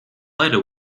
later